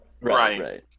Right